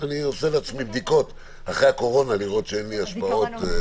אני עושה לעצמי בדיקות, לראות שאין לי השפעות.